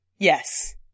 Yes